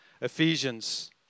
Ephesians